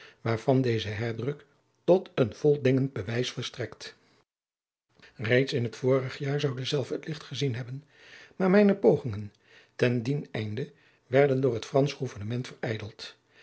waarvan deze herdruk tot een voldingend bewijs verstrekt reeds in het vorig jaar zou dezelve het licht gezien hebben maar mijne pogingen ten dien einde werden door het fransch gouvernement